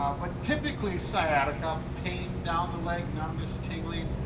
um but, typically, sciatica, pain down the leg, numbness, tingling,